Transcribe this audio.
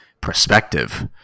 perspective